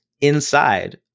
inside